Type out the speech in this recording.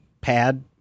pad